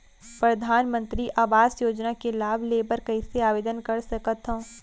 परधानमंतरी आवास योजना के लाभ ले बर कइसे आवेदन कर सकथव?